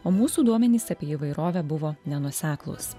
o mūsų duomenys apie įvairovę buvo nenuoseklūs